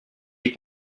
les